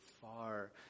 far